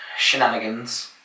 shenanigans